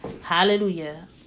Hallelujah